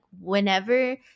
whenever